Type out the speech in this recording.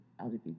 LGBT